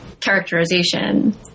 characterization